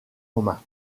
romain